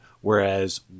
whereas